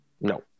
No